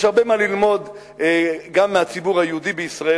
יש הרבה מה ללמוד גם מהציבור היהודי בישראל,